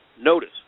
Notice